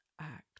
act